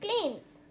claims